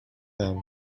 them